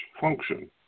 function